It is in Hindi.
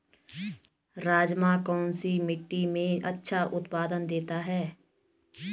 राजमा कौन सी मिट्टी में अच्छा उत्पादन देता है?